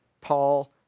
Paul